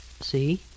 See